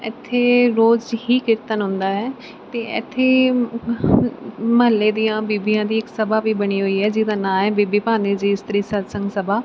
ਇੱਥੇ ਰੋਜ਼ ਹੀ ਕੀਰਤਨ ਹੁੰਦਾ ਹੈ ਅਤੇ ਇੱਥੇ ਮੁਹੱਲੇ ਦੀਆਂ ਬੀਬੀਆਂ ਦੀ ਇੱਕ ਸਭਾ ਵੀ ਬਣੀ ਹੋਈ ਹੈ ਜਿਹਦਾ ਨਾਂ ਹੈ ਬੀਬੀ ਭਾਨੀ ਜੀ ਇਸਤਰੀ ਸਤਿਸੰਗ ਸਭਾ